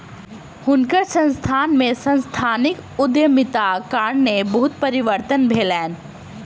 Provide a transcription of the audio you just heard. हुनकर संस्थान में सांस्थानिक उद्यमिताक कारणेँ बहुत परिवर्तन भेलैन